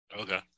Okay